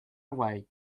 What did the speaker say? away